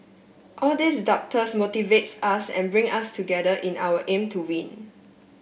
all these doubters motivates us and bring us together in our aim to win